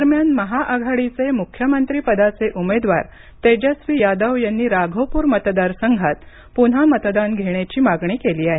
दरम्यान महाआघाडीचे मुख्यमंत्री पदाचे उमेदवार तेजस्वी यादव यांनी राघोपूर मतदारसंघात पुन्हा मतदान घेण्याची मागणी केली आहे